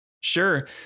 Sure